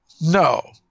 no